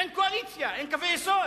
אין קואליציה, אין קווי יסוד.